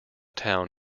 town